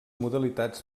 modalitats